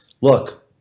look